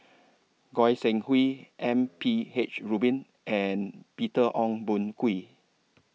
Goi Seng Hui M P H Rubin and Peter Ong Boon Kwee